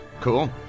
Cool